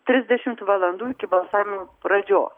trisdešimt valandų iki balsavimo pradžios